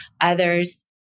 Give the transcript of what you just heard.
Others